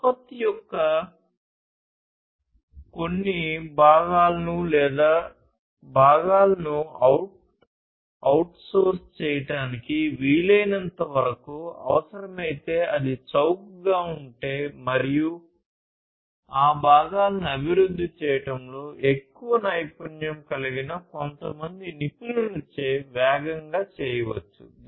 ఉత్పత్తి యొక్క కొన్ని భాగాలను లేదా భాగాలను అవుట్సోర్స్ చేయడానికి వీలైనంత వరకు అవసరమైతే అది చౌకగా ఉంటే మరియు ఆ భాగాలను అభివృద్ధి చేయడంలో ఎక్కువ నైపుణ్యం కలిగిన కొంతమంది నిపుణులచే వేగంగా చేయవచ్చు